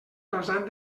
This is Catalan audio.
rasant